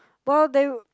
well they